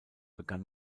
begann